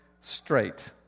straight